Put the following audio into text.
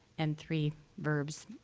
and three verbs.